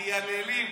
מייללים.